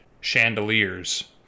chandeliers